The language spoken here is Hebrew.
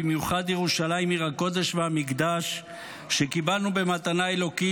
במיוחד ירושלים עיר הקודש והמקדש שקיבלנו במתנה אלוקית,